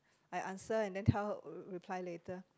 I answer and then tell her reply later